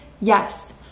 yes